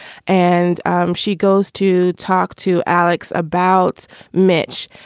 and um she goes to talk to alex about mitch.